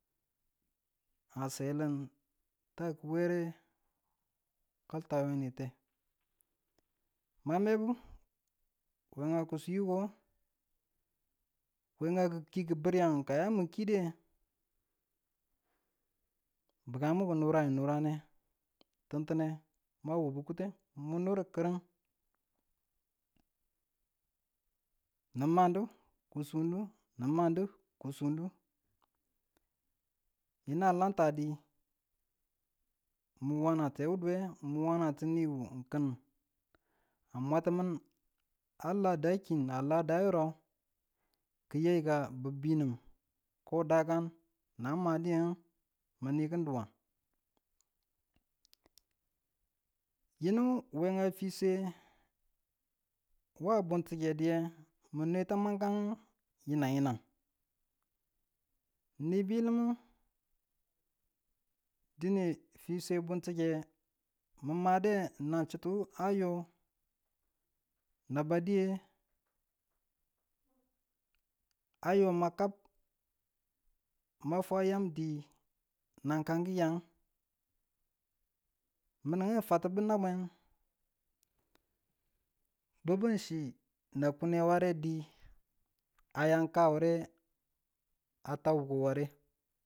A selum, ta kuwere kaltayonite, ma mebu wenga ki fi wiko, wenga kiku bireng ka ya mi kide, bukamu ki nurawu nurane tintinne mawubu kita̱ng n mun nir kirin, n mandu ki sundu n mandu ki sundu yina lamta di, mu wana tewuduwe mu wana ti niwu ki a mwatu nin ala da ki ala da yirau ki yayi ka di dii nu ko a dakan ma du wen mi kin duwan, yinu we a fi swe wa bunkike diye mu nwe tamange yinan yinan, ni biliyim dine fi swe ki bunkike mu made nan chutu ayo, naba diye ayo ma kab ma fwa yam di nan kang diyang mini kinu fwantubu nabwen bubu chi na kune ware di, a yan ka ware atau wukoware.